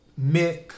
Mick